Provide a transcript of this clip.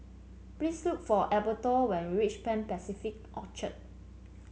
please look for Alberto when you reach Pan Pacific Orchard